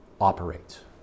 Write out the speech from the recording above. operates